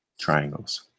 triangles